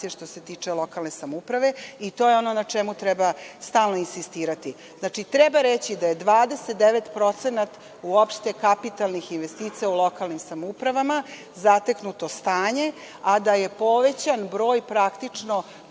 što se tiče lokalnih samouprava i to je ono na čemu treba stalno insistirati. Treba reći da je 29% uopšte kapitalnih investicija u lokalnim samoupravama zateknuto stanje, a da je povećan broj troškova